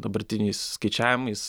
dabartiniais skaičiavimais